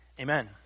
Amen